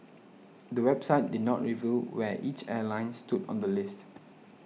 the website did not reveal where each airline stood on the list